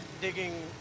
digging